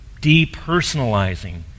depersonalizing